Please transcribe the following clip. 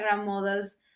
models